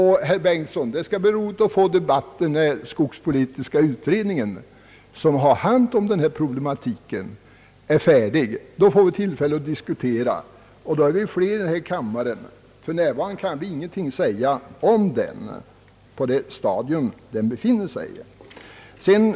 Herr Bengtson, det skall bli roligt att få en debatt när skogspolitiska utredningen, som har hand om denna problematik, är färdig. Då får vi tillfälle att diskutera, och då är vi också fler i denna kammare som kan vilja deltaga. För närvarande kan vi inte säga någonting om den på det stadium den befinner sig.